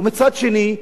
ומצד שני,